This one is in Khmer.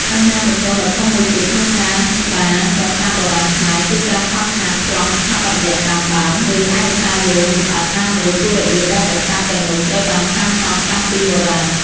បញ្ហាប្រឈមដ៏ធំមួយទៀតក្នុងការស្ដារប្រាសាទបុរាណខ្មែរ គឺការខ្វះខាតប្លង់ស្ថាបត្យកម្មដើម ឬឯកសារយោងលម្អិតណាមួយពីរបៀបដែលប្រាសាទទាំងនោះត្រូវបានសាងសង់តាំងពីបុរាណ។